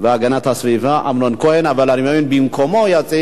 חבר הכנסת יואל חסון אומר שהוא הצביע בטעות במקומו של?